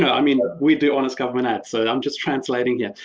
i mean we do honest government ads. so i'm just translating here.